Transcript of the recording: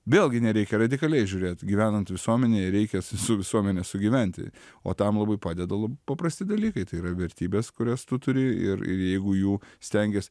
vėlgi nereikia radikaliai žiūrėt gyvenant visuomenėj reikia su su visuomene sugyventi o tam labai padeda lab paprasti dalykai tai yra vertybės kurias tu turi ir ir jeigu jų stengias